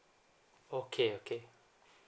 okay okay